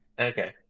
okay